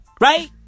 Right